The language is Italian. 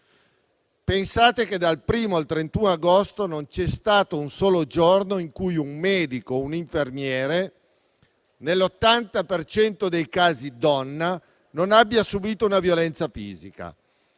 Pensate che dal 1° al 31 agosto non c'è stato un solo giorno in cui un medico o un infermiere (nell'80 per cento dei casi donna) non abbiano subito una violenza fisica.